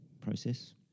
process